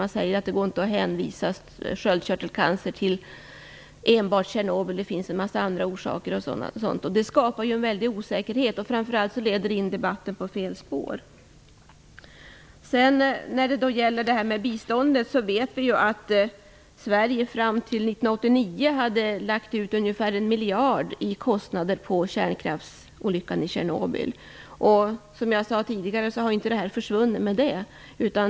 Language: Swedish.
Där säger man att det inte går att hänföra sköldkörtelcancer till enbart Tjernobyl och att det finns en massa andra orsaker. Det skapar en väldig osäkerhet. Framför allt leder det in debatten på fel spår. När det gäller biståndet vet vi att Sverige fram till 1989 hade lagt ut ungefär en miljard i kostnader på kärnkraftsolyckan i Tjernobyl. Som jag sade tidigare är det inte slut med det.